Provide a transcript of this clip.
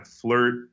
flirt